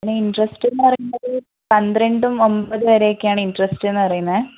interest എന്ന് പറയുമ്പോൾ പത്രണ്ടും ഒമ്പത് വരെക്കെയാണ് ഇന്റെരെസ്റ്റിന്ന് പറയുന്നത്